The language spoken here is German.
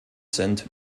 sind